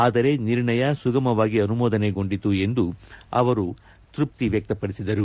ಆದರೆ ನಿರ್ಣಯ ಸುಗಮವಾಗಿ ಅನುಮೋದನೆಗೊಂಡಿತು ಎಂದು ಅವರು ತೃಪ್ತಿ ವ್ಯಕ್ತಪಡಿಸಿದರು